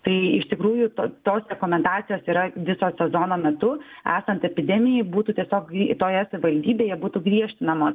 tai iš tikrųjų to tos rekomendacijos yra viso sezono metu esant epidemijai būtų tiesiog toje savivaldybėje būtų griežtinama